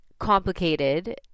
complicated